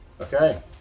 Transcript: Okay